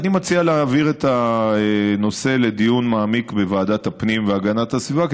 אני מציע להעביר את הנושא לדיון מעמיק בוועדת הפנים והגנת הסביבה,